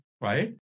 right